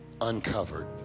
uncovered